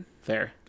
Fair